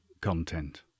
content